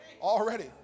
Already